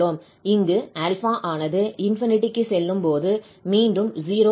இங்கு 𝛼 ஆனது ∞ க்கு செல்லும் போது மீண்டும் 0 ஆகிறது